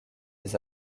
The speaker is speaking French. les